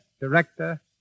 director